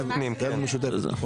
התשפ"ג, של חבר הכנסת אוריאל בוסו.